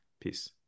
Peace